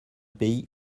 pays